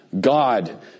God